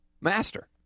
master